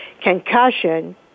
Concussion